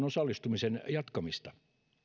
osallistumisen jatkamista